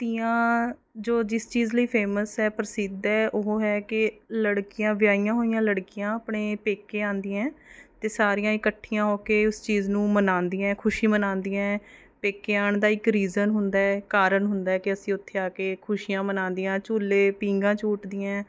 ਤੀਆਂ ਜੋ ਜਿਸ ਚੀਜ਼ ਲਈ ਫੇਮਸ ਹੈ ਪ੍ਰਸਿੱਧ ਹੈ ਉਹ ਹੈ ਕਿ ਲੜਕੀਆਂ ਵਿਆਹੀਆਂ ਹੋਈਆਂ ਲੜਕੀਆਂ ਆਪਣੇ ਪੇਕੇ ਆਉਂਦੀਆਂ ਅਤੇ ਸਾਰੀਆਂ ਇਕੱਠੀਆਂ ਹੋ ਕੇ ਉਸ ਚੀਜ਼ ਨੂੰ ਮਨਾਉਂਦੀਆਂ ਖੁਸ਼ੀ ਮਨਾਉਂਦੀਆਂ ਪੇਕੇ ਆਉਣ ਦਾ ਇੱਕ ਰੀਜ਼ਨ ਹੁੰਦਾ ਕਾਰਨ ਹੁੰਦਾ ਕਿ ਅਸੀਂ ਉੱਥੇ ਆ ਕੇ ਖੁਸ਼ੀਆਂ ਮਨਾਉਂਦੀਆਂ ਝੂਲੇ ਪੀਘਾਂ ਝੂਟਦੀਆਂ